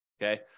Okay